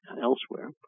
elsewhere